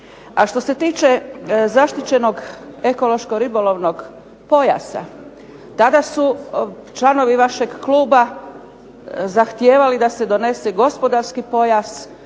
A što se tiče zaštićenog ekološko-ribolovnog pojasa tada su članovi vašeg kluba zahtijevali da se donese gospodarski pojas,